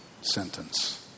sentence